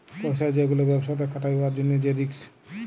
পইসা যে গুলা ব্যবসাতে খাটায় উয়ার জ্যনহে যে রিস্ক